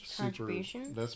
contribution